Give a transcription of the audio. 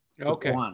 Okay